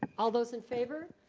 all those in favor.